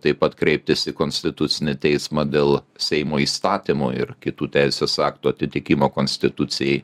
taip pat kreiptis į konstitucinį teismą dėl seimo įstatymų ir kitų teisės aktų atitikimo konstitucijai